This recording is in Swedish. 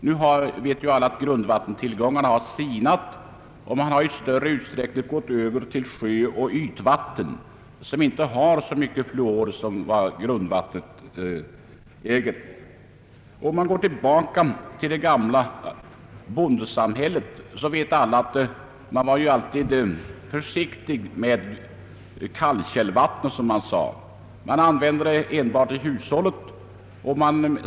Alla vet ju att grundvattentillgångarna nu har sinat, och man har i stor utsträckning gått över till sjöoch ytvatten, som inte innehåller så mycket fluor som grundvattnet gör. I det gamla bondesamhället var man alltid mycket försiktig med »kallkällvattnet». Man använde det enbart i hushållet.